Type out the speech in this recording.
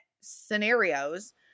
scenarios